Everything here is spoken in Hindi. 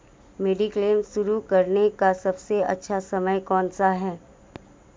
मेडिक्लेम शुरू करने का सबसे अच्छा समय कौनसा है?